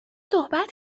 صحبت